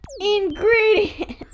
ingredients